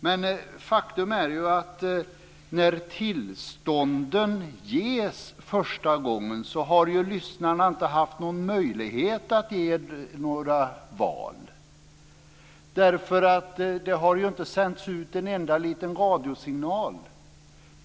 Men faktum är att när tillstånden ges första gången har lyssnarna inte haft någon möjlighet att göra några val. Det har inte sänts ut en enda liten radiosignal.